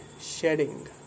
shedding